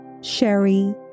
Sherry